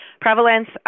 prevalence